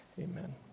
Amen